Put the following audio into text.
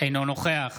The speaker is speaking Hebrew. אינו נוכח